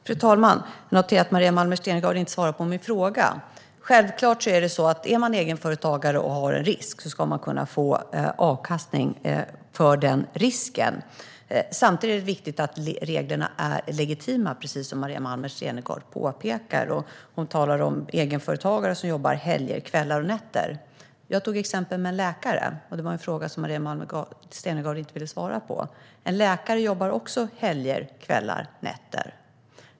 Fru talman! Jag noterar att Maria Malmer Stenergard inte svarade på min fråga. Självklart är det så att om man är egenföretagare och tar en risk ska man kunna få avkastning på den risken. Samtidigt är det viktigt att reglerna är legitima, precis som Maria Malmer Stenergard påpekar. Hon talar om egenföretagare som jobbar helger, kvällar och nätter. Jag tog upp exemplet med en läkare, och Maria Malmer Stenergard ville inte svara på min fråga i samband med detta. En läkare jobbar också helger, kvällar och nätter.